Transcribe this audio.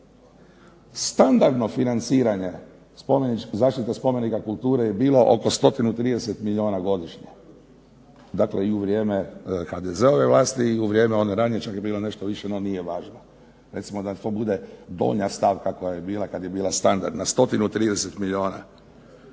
Standardno financiranje zaštite spomenika kulture je bilo oko 130 milijuna godišnje, dakle i u vrijeme HDZ-ove vlasti i u vrijeme one ranije čak je bilo nešto više no nije važno. Recimo da to bude donja stavka koja je bila kad je bila standardna, 130 milijuna.